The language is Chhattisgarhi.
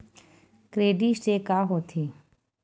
क्रेडिट से का होथे?